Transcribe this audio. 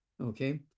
Okay